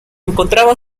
encontraba